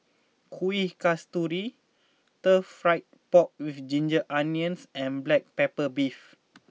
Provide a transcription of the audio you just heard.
Kuih Kasturi Stir Fry Pork with Ginger Onions and Black Pepper Beef